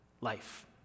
Life